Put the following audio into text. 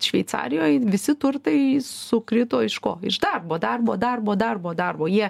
šveicarijoj visi turtai sukrito iš ko iš darbo darbo darbo darbo darbo jie